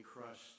crushed